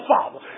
Father